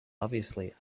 obviously